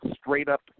straight-up